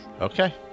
Okay